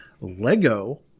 Lego